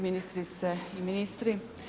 Ministrice i ministri.